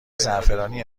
زعفرانی